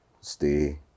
stay